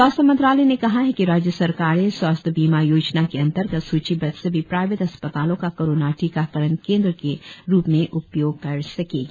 स्वास्थ्य मंत्रालय ने कहा है कि राज्य सरकारें स्वास्थ्य बीमा योजना के अंतर्गत सूचीबद्ध सभी प्राइवेट अस्पतालों का कोरोना टीकाकरण केन्द्र के रूप में उपयोग कर सकेंगी